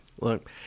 Look